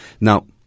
Now